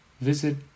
visit